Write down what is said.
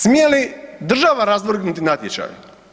Smije li država razvrgnuti natječaj?